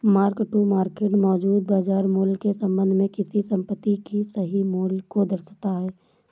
mark to market मौजूदा बाजार मूल्य के संबंध में किसी संपत्ति के सही मूल्य को दर्शाता है